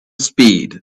speed